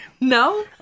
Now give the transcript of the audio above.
No